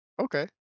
Okay